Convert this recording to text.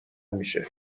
میشه